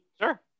Sure